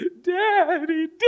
Daddy